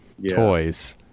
toys